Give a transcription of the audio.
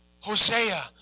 Hosea